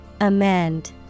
Amend